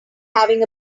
having